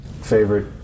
Favorite